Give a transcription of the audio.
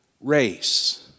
race